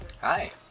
Hi